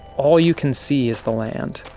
all you can see is the land,